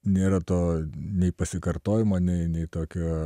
nėra to nei pasikartojimo nei nei tokio